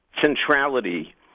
centrality